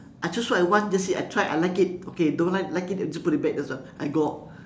I choose what I want that's it I try I like it okay don't like like it just put it back that's all I go out